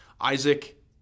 Isaac